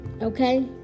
Okay